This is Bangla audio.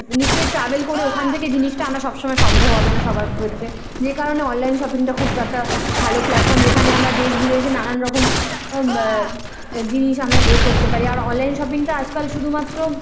নিশ্চয়ই ট্রাভেল করে ওখান থেকে জিনিসটা আনা সব সময় সম্ভব হবে না সবার ক্ষত্রে যেই কারণে অনলাইন শপিংটা খুব একটা ভালো প্ল্যাটফর্ম যেখানে আমরা দেশ বিদেশে নানান রকম জিনিস আমরা ইয়ে করতে পারি আর অনলাইন শপিংটা আজকাল শুধুমাত্র